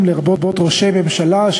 זה קיים בבתי-הדין השרעיים,